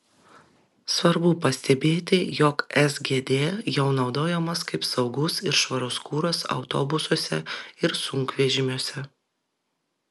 svarbu pastebėti jog sgd jau naudojamas kaip saugus ir švarus kuras autobusuose ir sunkvežimiuose